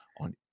on